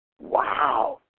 Wow